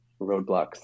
roadblocks